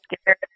scared